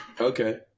Okay